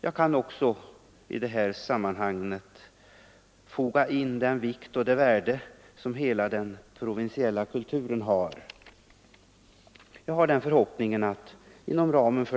Jag kan också i detta sammanhang peka på den vikt och det värde som hela den provinsiella kulturen har.